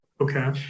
Okay